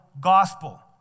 gospel